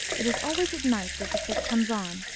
it is always at night that the fit comes on.